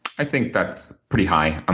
i think that's pretty high. ah